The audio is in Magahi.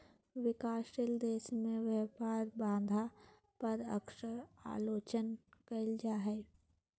विकासशील देश में व्यापार बाधा पर अक्सर आलोचना कइल जा हइ